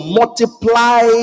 multiply